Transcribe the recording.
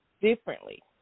differently